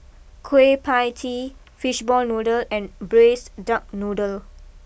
Kueh Pie Tee Fishball Noodle and Braised Duck Noodle